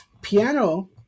piano